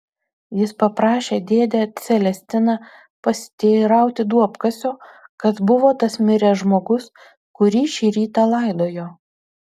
jis paprašė dėdę celestiną pasiteirauti duobkasio kas buvo tas miręs žmogus kurį šį rytą laidojo